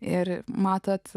ir matote